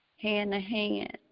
hand-to-hand